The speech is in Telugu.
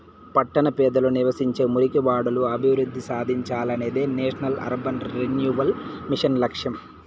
పట్టణ పేదలు నివసించే మురికివాడలు అభివృద్ధి సాధించాలనేదే నేషనల్ అర్బన్ రెన్యువల్ మిషన్ లక్ష్యం